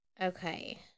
Okay